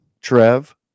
Trev